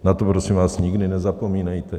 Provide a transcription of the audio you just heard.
Na to, prosím vás, nikdy nezapomínejte.